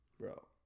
bro